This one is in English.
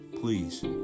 Please